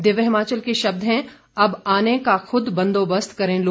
दिव्य हिमाचल के शब्द हैं अब आने का खुद बंदोबस्त करें लोग